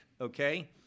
okay